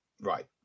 right